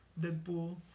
Deadpool